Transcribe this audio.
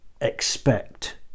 expect